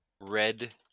red